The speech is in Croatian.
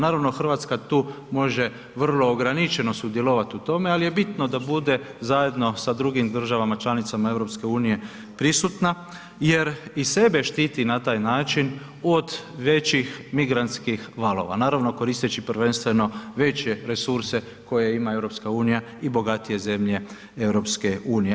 Naravno Hrvatska tu može vrlo ograničeno sudjelovati u tome ali je bitno da bude zajedno sa drugim državama članicama EU prisutna jer i sebe štiti na taj način od većih migrantskih valova, naravno koristeći prvenstveno veće resurse koje ima EU i bogatije zemlje EU.